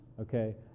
Okay